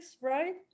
right